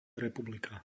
republika